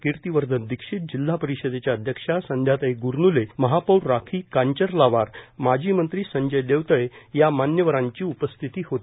किर्तीवर्धन दिक्षीत जिल्हा परिषदेच्या अध्यक्षा संध्याताई ग्रन्ले महापौर राखी कांचर्लावार माजी मंत्री संजय देवतळे या मान्यवरांची उपस्थिती होती